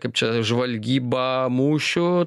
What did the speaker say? kaip čia žvalgybą mūšių